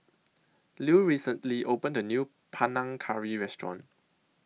Lew recently opened A New Panang Curry Restaurant